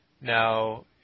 Now